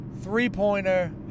three-pointer